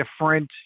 different